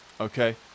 Okay